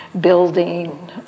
building